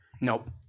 Nope